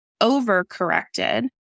over-corrected